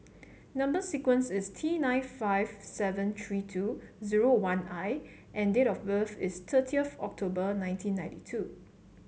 number sequence is T nine five seven three two zero one I and date of birth is thirty of October nineteen ninety two